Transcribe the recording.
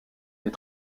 des